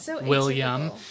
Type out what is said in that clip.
William